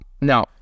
no